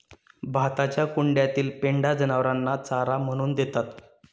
भाताच्या कुंड्यातील पेंढा जनावरांना चारा म्हणून देतात